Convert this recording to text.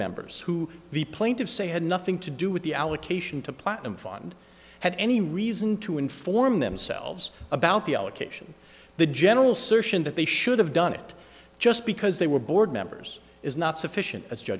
members who the plaintiffs say had nothing to do with the allocation to platinum fund had any reason to inform themselves about the allocation the general search and that they should have done it just because they were board members is not sufficient